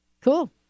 Cool